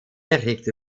erregte